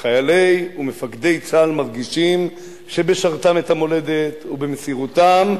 שהחיילים ומפקדי צה"ל מרגישים שבשרתם את המולדת ובמסירותם,